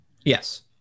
Yes